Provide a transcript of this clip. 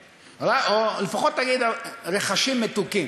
לפחות תגיד, רחשים מתוקים.